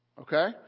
Okay